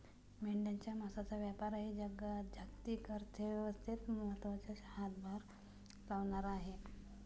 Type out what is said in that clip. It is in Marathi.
मेंढ्यांच्या मांसाचा व्यापारही जागतिक अर्थव्यवस्थेत महत्त्वाचा हातभार लावणारा आहे